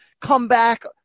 comeback –